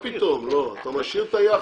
לא, מה פתאום, אתה משאיר את היחס.